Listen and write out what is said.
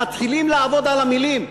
מתחילים לעבוד על המילים,